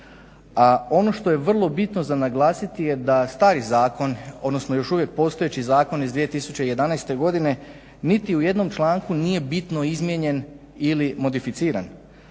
A ono što je vrlo bitno za naglasiti je da stari zakon, odnosno još uvijek postojeći zakon iz 2011. godine niti u jednom članku nije bitno izmijenjen ili modificiran.